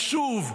ושוב,